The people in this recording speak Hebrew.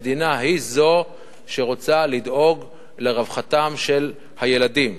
המדינה היא זו שרוצה לדאוג לרווחתם של הילדים.